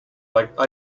like